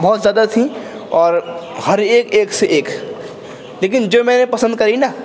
بہت زیادہ تھیں اور ہر ایک ایک سے ایک لیکن جو میں نے پسند کری نا